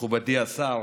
מכובדי השר,